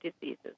diseases